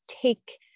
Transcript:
take